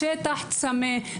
השטח צמא,